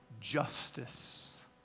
justice